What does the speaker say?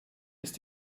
ist